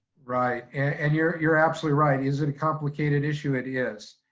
right. and you're you're absolutely right. is it a complicated issue? it is.